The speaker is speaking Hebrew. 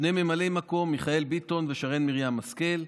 ושני ממלאי מקום: מיכאל ביטון ושרן מרים השכל,